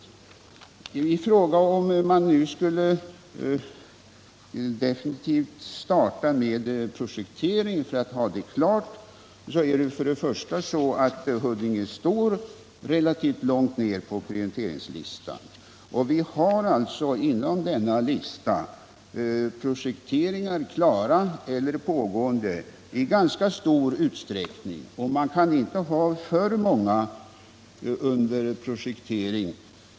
På fråga om man skall starta med projektering för att ha det hela klart kan jag svara följande: Huddinge står relativt långt ned på prioriteringslistan. Vi har alltså inom denna lista projekteringar klara eller pågående i ganska stor utsträckning, och man kan inte ha för många objekt under projektering.